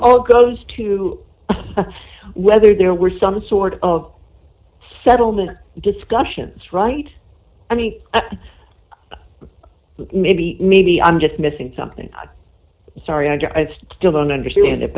all goes to whether there were some sort of settlement discussions right i mean maybe maybe i'm just missing something i'm sorry i still don't understand it